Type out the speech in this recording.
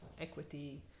equity